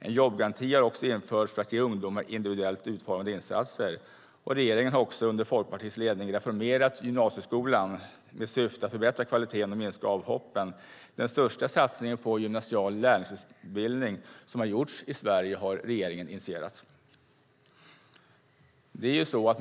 En jobbgaranti har införts för att ge ungdomar individuellt utformade insatser. Regeringen har också under Folkpartiets ledning reformerat gymnasieskolan med syfte att förbättra kvaliteten och minska avhoppen. Regeringen har initierat den största satsning på gymnasial lärlingsutbildning som har gjorts i Sverige.